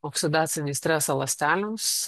oksidacinį stresą ląstelėms